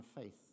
faith